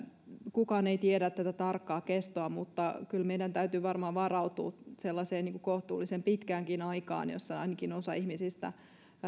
kukaan ei tiedä tätä tarkkaa kestoa mutta kyllä meidän täytyy varmaan varautua sellaiseen kohtuullisen pitkäänkin aikaan jossa ainakin osa ihmisistä